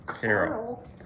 Carol